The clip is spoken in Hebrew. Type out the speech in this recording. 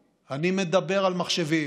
אני מדבר על מחשבים.